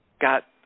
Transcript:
got